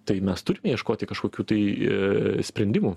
tai mes turim ieškoti kažkokių tai sprendimų